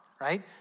right